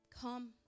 Come